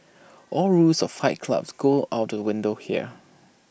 all rules of flight clubs go out to A window here